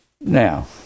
Now